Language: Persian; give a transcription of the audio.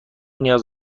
نیاز